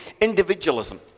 individualism